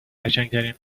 قشنگترین